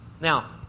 Now